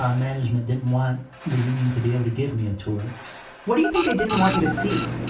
um management didn't want the union to be able to give me a tour what do you think they didn't want you to see?